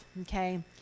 okay